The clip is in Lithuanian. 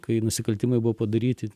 kai nusikaltimai buvo padaryti